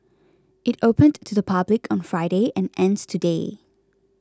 it opened to the public on Friday and ends today